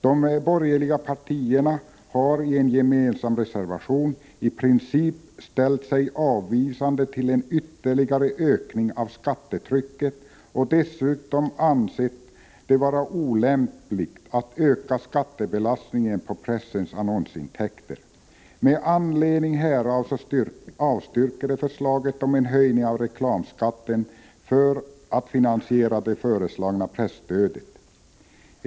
De borgerliga partierna har i en gemensam reservation i princip ställt sig avvisande till en ytterligare ökning av skattetrycket och dessutom ansett det vara olämpligt att öka skattebelastningen på pressens annonsintäkter. Med anledning härav avstyrker de förslaget om en höjning av reklamskatten för att finansiera det föreslagna presstödet.